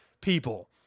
people